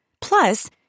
Plus